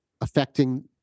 affecting